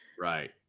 right